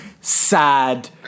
sad